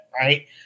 Right